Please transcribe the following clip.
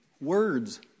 Words